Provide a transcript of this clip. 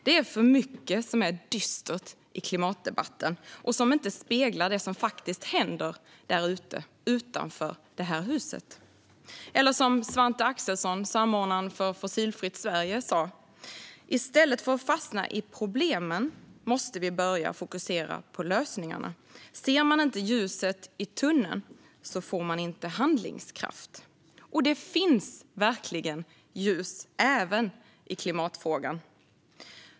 Det är för mycket som är dystert i klimatdebatten och som inte speglar det som faktiskt händer utanför det här huset. Svante Axelsson, samordnaren för Fossilfritt Sverige, har sagt: "I stället för att fastna i problemen måste vi börja fokusera på lösningarna. Ser man inte ljuset i tunneln får man ingen handlingskraft." Och det finns verkligen ljus, även i klimatfrågan.